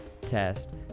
test